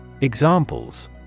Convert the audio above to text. Examples